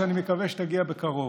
שאני מקווה שתגיע בקרוב.